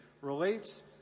Relates